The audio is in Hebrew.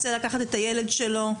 רוצה לקחת את הילד שלו,